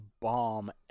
bomb